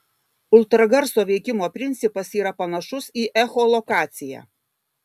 ultragarso veikimo principas yra panašus į echolokaciją